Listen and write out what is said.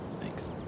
thanks